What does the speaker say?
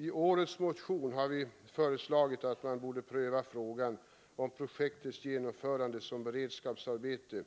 I årets motion har vi föreslagit att man borde pröva frågan om projektets genomförande som beredskapsarbete